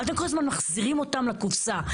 אתם כל הזמן מחזירים אותם לקופסה,